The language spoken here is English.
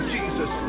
Jesus